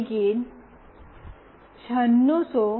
begin છે તે